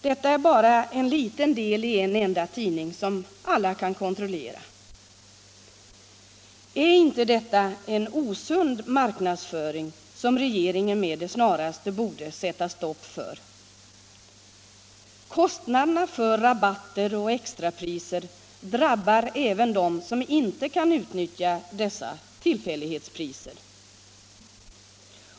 Detta är bara en liten del i en enda tidning, som alla kan kontrollera. Är inte detta en osund marknadsföring, som regeringen med det snaraste borde sätta stopp för? Kostnaderna för rabatter och extrapriser drabbar även dem som inte kan utnyttja dessa tillfällighetspriser.